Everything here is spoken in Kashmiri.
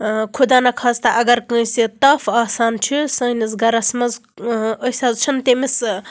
خُداہ نہَ خاستہ اَگَر کٲنٛسہِ تَف آسان چھُ سٲنِس گَرَس مَنٛز أسۍ حظ چھِن تٔمِس